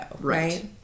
Right